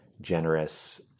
generous